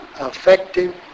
effective